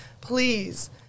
Please